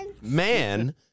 Man